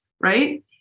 right